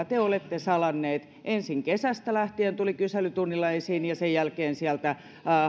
te olette salanneet ensin kesästä lähtien tuli kyselytunnilla esiin ja sen jälkeen sieltä